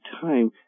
time